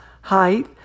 height